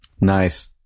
Nice